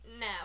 No